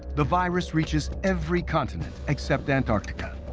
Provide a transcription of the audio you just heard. the virus reaches every continent except antarctica,